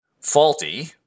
faulty